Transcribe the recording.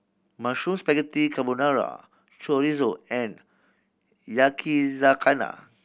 Mushroom Spaghetti Carbonara Chorizo and Yakizakana